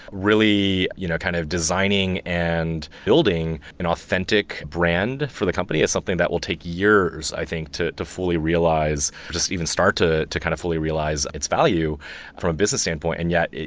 really you know kind of designing and building an authentic brand for the company is something that will take years, i think to to fully just even start to to kind of fully realize its value from a business standpoint and yet,